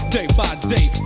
Day-by-day